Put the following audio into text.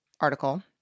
article